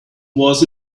was